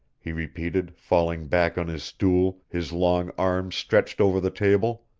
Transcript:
he repeated, falling back on his stool, his long arms stretched over the table.